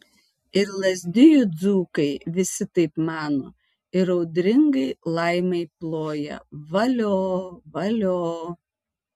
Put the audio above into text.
ir lazdijų dzūkai visi taip mano ir audringai laimai ploja valio valio